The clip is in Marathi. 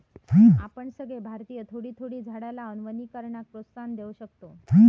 आपण सगळे भारतीय थोडी थोडी झाडा लावान वनीकरणाक प्रोत्साहन देव शकतव